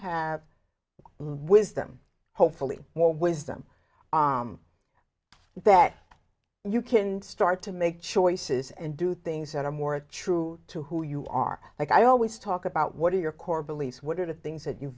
have wisdom hopefully more wisdom that you can start to make choices and do things that are more true to who you are like i always talk about what are your core beliefs what are the things that you